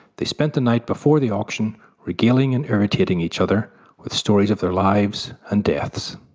they spent the night before the auction regaling and irritating each other with stories of their lives and deaths.